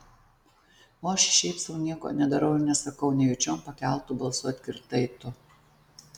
o aš šiaip sau nieko nedarau ir nesakau nejučiom pakeltu balsu atkirtai tu